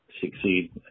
succeed